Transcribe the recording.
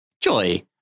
joy